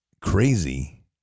crazy